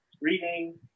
reading